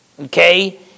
okay